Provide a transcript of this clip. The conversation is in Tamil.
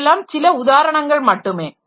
இவையெல்லாம் சில உதாரணங்கள் மட்டுமே